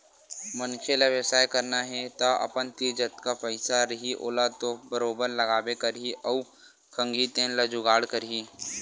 मनखे ल बेवसाय करना हे तअपन तीर जतका पइसा रइही ओला तो बरोबर लगाबे करही अउ खंगही तेन ल जुगाड़ करही